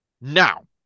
Now